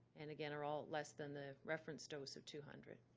and again, are ah less than the reference dose of two hundred.